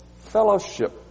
Fellowship